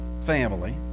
family